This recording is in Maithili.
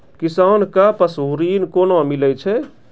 किसान कऽ पसु ऋण कोना मिलै छै?